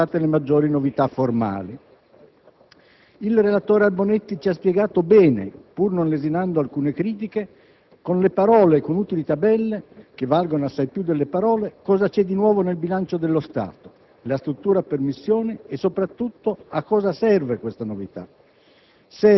vi sono state le maggiori novità formali. Il relatore Albonetti ci ha spiegato bene, pur non lesinando alcune critiche, con le parole e con utili tabelle - che valgono assai più delle parole - cosa c'è di nuovo nel bilancio dello Stato: la struttura per missione e, soprattutto, a cosa serve questa novità.